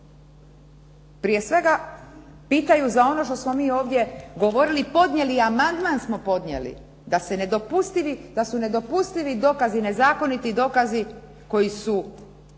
Prije svega pitaju za ono što smo mi ovdje govorili, podnijeli amandman smo podnijeli da su nedopustivi dokazi, nezakoniti dokazi koji su